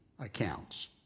accounts